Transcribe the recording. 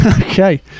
Okay